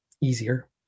easier